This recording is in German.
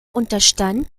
unterstand